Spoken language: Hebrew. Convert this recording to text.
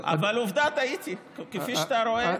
אבל עובדה, טעיתי, כפי שאתה רואה.